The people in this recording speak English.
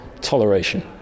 toleration